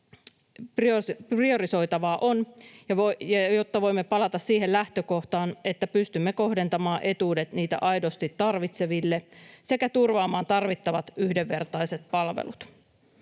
priorisoitava on, jotta voimme palata siihen lähtökohtaan, että pystymme kohdentamaan etuudet niitä aidosti tarvitseville sekä turvaamaan tarvittavat yhdenvertaiset palvelut.